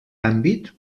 àmbit